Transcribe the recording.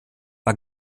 war